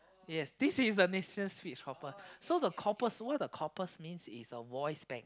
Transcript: yes this is the national speech corpus so the corpus what the corpus means it's a voice bank